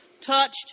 touched